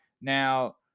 Now